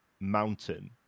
mountain